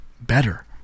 better